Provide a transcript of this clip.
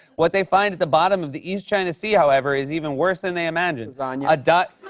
what they find at the bottom of the east china sea, however, is even worse than they imagined. lasagna.